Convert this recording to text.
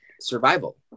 survival